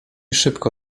szybko